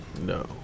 No